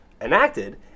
enacted